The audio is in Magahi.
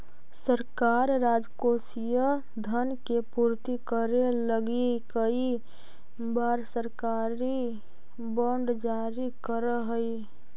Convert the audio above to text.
सरकार राजकोषीय धन के पूर्ति करे लगी कई बार सरकारी बॉन्ड जारी करऽ हई